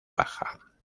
baja